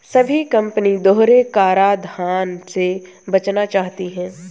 सभी कंपनी दोहरे कराधान से बचना चाहती है